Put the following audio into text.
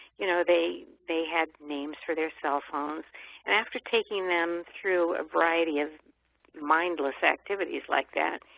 you know, they they had names for their cell phones. and after taking them through a variety of mindless activities like that,